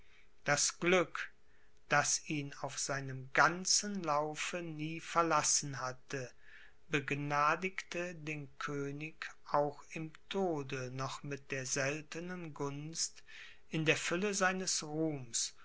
das glück das ihn auf seinem ganzen laufe nie verlassen hatte begnadigte den könig auch im tode noch mit der seltenen gunst in der fülle seines ruhms